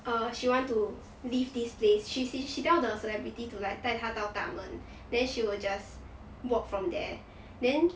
err she want to leave this place she she she tell the celebrity to like 带他到大门 then she will just walk from there then